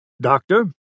Doctor